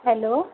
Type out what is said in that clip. hello